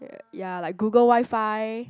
y~ ya like Google WiFi